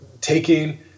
taking